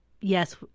yes